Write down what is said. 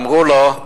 אמרו לו: